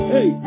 Hey